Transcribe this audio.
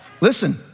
Listen